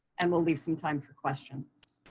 and we'll leave some time for questions.